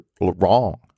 wrong